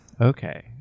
Okay